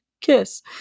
kiss